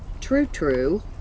true-true